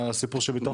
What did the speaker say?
לסיפור של ביטוח לאומי?